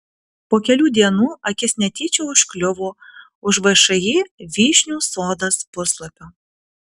po kelių dienų akis netyčia užkliuvo už všį vyšnių sodas puslapio